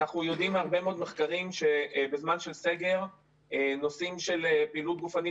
אנחנו יודעים מהרבה מאוד מחקרים שבזמן של סגר נושאים של פעילות גופנית